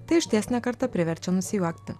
tai išties ne kartą priverčia nusijuokti